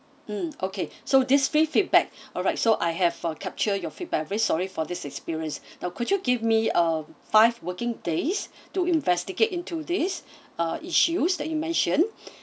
mm okay so these three feedback alright so I have uh captured your feedback I very sorry for this experience now could you give me a five working days to investigate into these uh issues that you mentioned